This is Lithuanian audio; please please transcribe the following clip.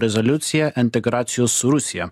rezoliuciją integracijos su rusija